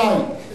חבר הכנסת שי,